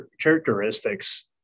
characteristics